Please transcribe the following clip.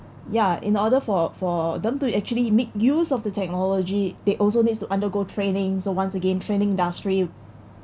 ya in order for for them to actually make use of the technology they also needs to undergo trainings so once again training industry